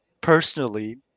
personally